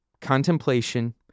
contemplation